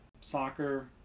soccer